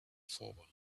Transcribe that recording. forward